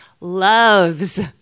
loves